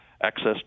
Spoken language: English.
access